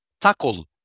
tackle